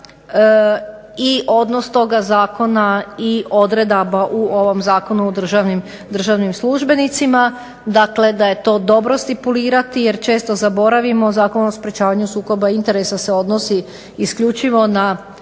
i odnos toga Zakona i odredaba u ovom zakonu o državnim službenicima dakle da je to dobro stipulirati jer često zaboravljamo Zakon o sprečavanju sukoba interesa se odnosi isključivo na